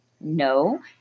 no